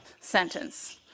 sentence